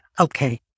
okay